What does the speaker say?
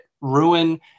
ruin